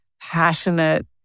passionate